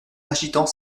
agitant